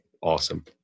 Awesome